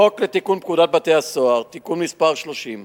בחוק לתיקון פקודת בתי-הסוהר (מס' 30)